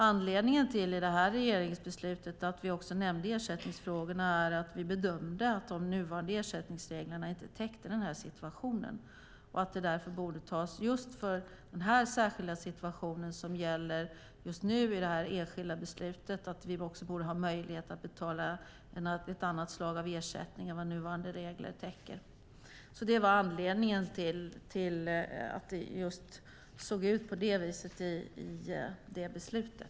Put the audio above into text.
Anledningen till att vi i detta regeringsbeslut också nämnde ersättningsfrågorna var att vi bedömde att de nuvarande ersättningsreglerna inte täckte den här situationen och att de därför borde tas upp för den särskilda situation som just nu gäller i det enskilda beslutet. Vi borde alltså ha möjlighet att betala ett annat slag av ersättning än den som nuvarande regler täcker. Det var anledningen till att det såg ut på det viset i det beslutet.